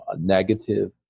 negative